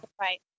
Right